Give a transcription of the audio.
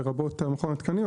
לרבות מכון התקנים,